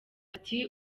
ati